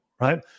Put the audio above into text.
right